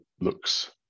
looks